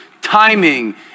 timing